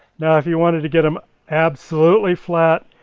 now if you wanted to get them absolutely flat,